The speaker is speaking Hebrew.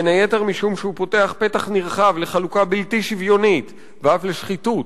בין היתר משום שהוא פותח פתח נרחב לחלוקה בלתי שוויונית ואף לשחיתות,